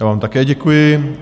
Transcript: Já vám také děkuji.